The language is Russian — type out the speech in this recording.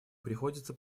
приходится